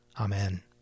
Amen